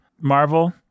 Marvel